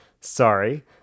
Sorry